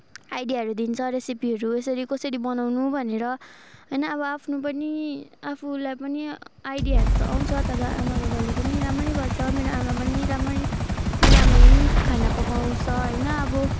आइडियाहरू दिन्छ रेसेपीहरू यसरी कसरी बनाउनु भनेर होइन अब आफ्नो पनि आफूलाई पनि आइडियाहरू त आउँछ तर आमा बाबाले पनि रामरी गर्छ मेरो आमा पनि रामरी मेरो आमाले पनि खाना पकाउँछ होइन अब